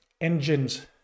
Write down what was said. engines